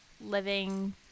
living